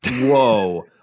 Whoa